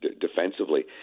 defensively